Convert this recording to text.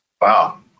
Wow